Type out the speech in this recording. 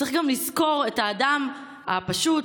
צריך גם לזכור את האדם הפשוט,